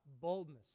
Boldness